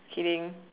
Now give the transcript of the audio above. kidding